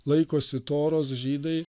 laikosi toros žydai